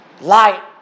Light